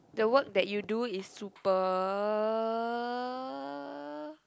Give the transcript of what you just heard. the work that you do is super